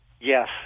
Yes